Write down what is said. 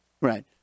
right